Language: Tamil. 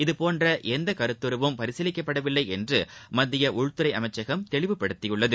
இதபோன்ற எந்த கருத்துருவும் பரிசீலிக்கப்படவில்லை என்று மத்திய உள்துறை அமைச்சகம் தெளிவுபடுத்தியுள்ளது